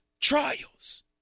trials